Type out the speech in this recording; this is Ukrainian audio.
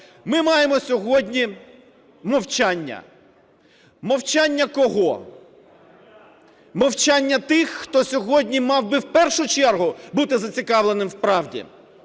ми маємо сьогодні мовчання. Мовчання кого? Мовчання тих, хто сьогодні мав би в першу чергу бути зацікавленим в правді.